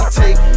take